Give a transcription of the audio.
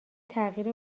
تغییر